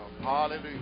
Hallelujah